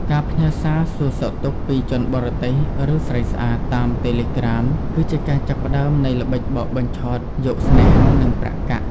ការផ្ញើសារសួរសុខទុក្ខពី "ជនបរទេស" ឬ "ស្រីស្អាត" តាម Telegram គឺជាការចាប់ផ្តើមនៃល្បិចបោកបញ្ឆោតយកស្នេហា និងប្រាក់កាក់។